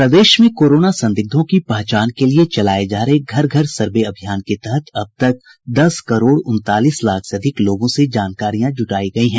प्रदेश में कोरोना संदिग्धों की पहचान के लिए चलाये जा रहे घर घर सर्वे अभियान के तहत अब तक दस करोड़ उनतालीस लाख से अधिक लोगों से जानकारियां जुटायी गयी हैं